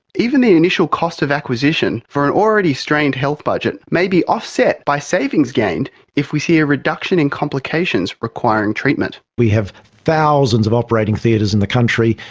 even the initial cost of acquisition for an already strained health budget may be offset by savings gained if we see a reduction in complications requiring treatment. we have thousands of operating theatres in the country,